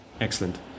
Excellent